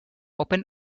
open